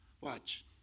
Watch